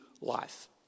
life